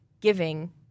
giving